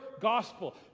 gospel